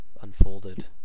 unfolded